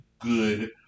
good